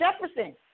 Jefferson